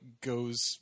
goes